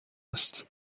است